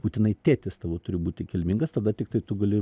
būtinai tėtis tavo turi būti kilmingas tada tiktai tu gali